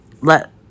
let